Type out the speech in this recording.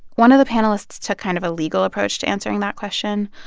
one of the panelists took kind of a legal approach to answering that question.